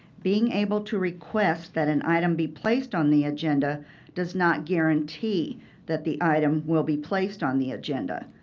being able to request that an item be placed on the agenda does not guarantee that the item will be placed on the agenda.